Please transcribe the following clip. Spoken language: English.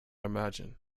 imagine